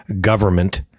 government